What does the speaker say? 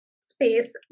space